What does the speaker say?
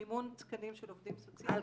מימון תקנים של עובדים סוציאליים -- על